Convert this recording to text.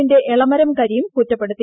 ന്റെ എളമരം കരീഠ കുറ്റപ്പെടുത്തി